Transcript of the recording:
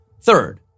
Third